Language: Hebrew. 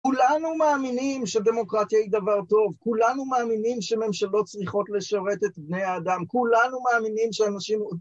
כולנו מאמינים שדמוקרטיה היא דבר טוב, כולנו מאמינים שממשלות צריכות לשרת את בני האדם, כולנו מאמינים שאנשים...